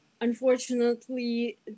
unfortunately